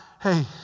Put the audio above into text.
hey